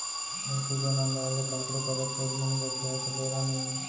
ढेंकी के नंदाय ले काकरो करा सोझ मुंह गोठियाय के बेरा नइये